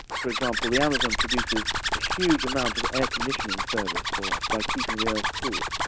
for example, the amazon produces a huge amount of air conditioning service for us by keeping the earth cool.